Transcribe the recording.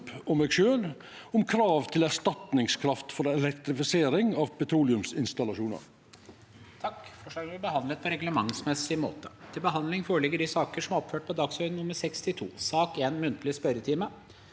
om krav til erstatningskraft for elektrifisering av petroleumsinstallasjonar.